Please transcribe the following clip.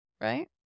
right